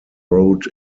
road